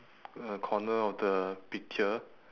uh corner of the picture